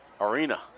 arena